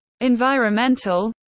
environmental